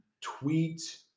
tweet